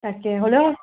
তাকে হ'লেও